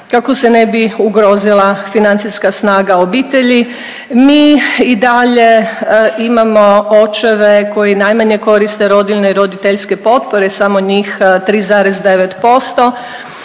kako se ne bi ugrozila financijska snaga obitelji. Mi i dalje imamo očeve koji najmanje koriste rodiljne i roditeljske potpore, samo njih 3,9%.